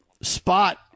spot